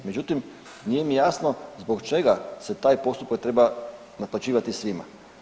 Međutim, nije mi jasno zbog čega se taj postupak treba naplaćivati svima.